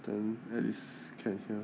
then that is can hear